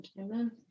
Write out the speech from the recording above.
Amen